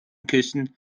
küssen